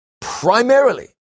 primarily